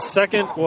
second